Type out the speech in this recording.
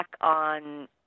on